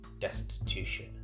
destitution